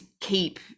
keep